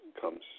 comes